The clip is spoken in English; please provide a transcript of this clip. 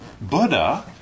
Buddha